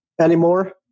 Anymore